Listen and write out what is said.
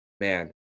man